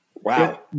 Wow